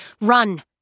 run